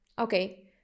okay